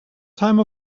time